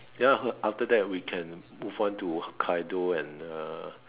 ya after that we can move on to Hokkaido and uh